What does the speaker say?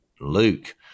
luke